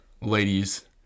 ladies